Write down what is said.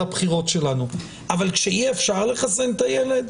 הבחירות שלנו אבל שאי אפשר לחסן את הילד?